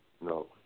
No